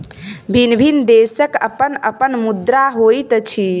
भिन्न भिन्न देशक अपन अपन मुद्रा होइत अछि